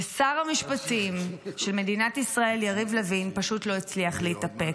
ושר המשפטים של מדינת ישראל יריב לוין פשוט לא הצליח להתאפק.